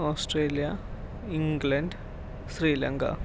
Australia England Sri Lanka